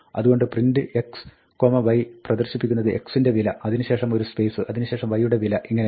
അതുകൊണ്ട് 'printx y' പ്രദർശിപ്പിക്കുന്നത് x ന്റെ വില അതിന് ശേഷം ഒരു സ്പേസ് അതിന് ശേഷം y യുടെ വില ഇങ്ങിനെയാണ്